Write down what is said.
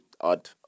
odd